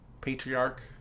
patriarch